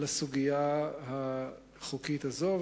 לסוגיה החוקית הזאת.